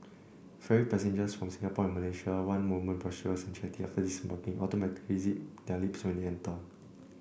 ferry passengers from Singapore and Malaysia one moment boisterous and chatty after disembarking automatically zip their lips when they enter